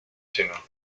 chino